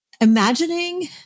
Imagining